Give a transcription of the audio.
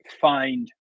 find